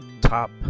top